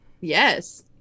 Yes